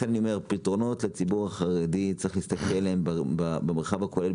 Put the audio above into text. צריך להסתכל על פתרונות לציבור החרדי במרחב כוללני.